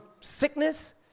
sickness